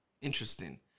Interesting